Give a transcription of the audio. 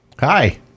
Hi